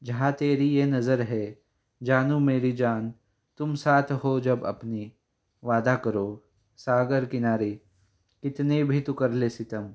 जहाँ तेरी ये नजर आहे जानू मेरी जान तुम साथ हो जब आपनी वादा करो सागर किनारे कितने भी तू करले सितम